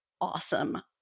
awesome